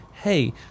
hey